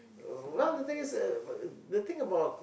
uh well the thing is uh the thing about